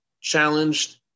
challenged